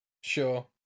Sure